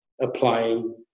applying